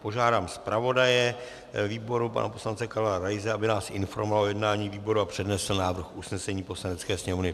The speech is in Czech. Požádám zpravodaje výboru pana poslance Karla Raise, aby nás informoval o jednání výboru a přednesl návrh usnesení Poslanecké sněmovny.